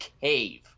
cave